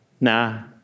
Now